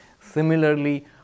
Similarly